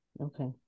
okay